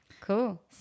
Cool